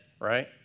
right